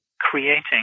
creating